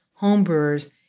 homebrewers